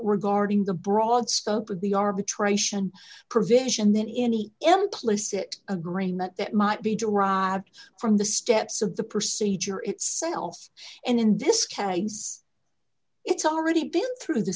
regarding the broad scope of the arbitration provision than any implicit agreement that might be derived from the steps of the procedure itself and in diskettes it so already been through the